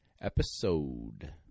episode